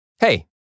Hey